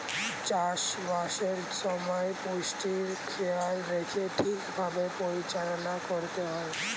চাষ বাসের সময় পুষ্টির খেয়াল রেখে ঠিক ভাবে পরিচালনা করতে হয়